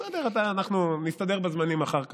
בסדר, נסתדר בזמנים אחר כך.